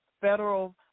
federal